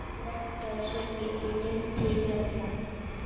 blood pressure के चिटिन ठीक रखेला